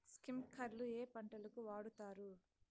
స్ప్రింక్లర్లు ఏ పంటలకు వాడుతారు?